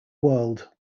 world